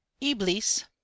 Iblis